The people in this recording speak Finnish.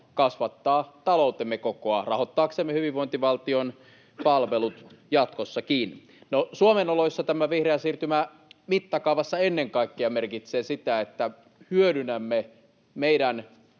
kasvattaa taloutemme kokoa rahoittaaksemme hyvinvointivaltion palvelut jatkossakin. No, Suomen oloissa tämä vihreä siirtymä merkitsee mittakaavassa ennen kaikkea sitä, että hyödynnämme meidän